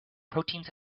proteins